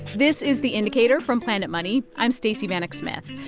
this is the indicator from planet money. i'm stacey vanek smith.